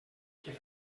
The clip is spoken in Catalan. què